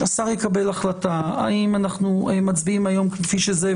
השר יקבל החלטה האם אנחנו מצביעים היום כפי שזה,